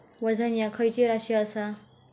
वजन ह्या खैची राशी असा?